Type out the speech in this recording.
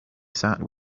sat